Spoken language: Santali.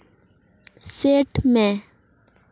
ᱥᱮᱴ ᱢᱮ